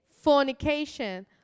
fornication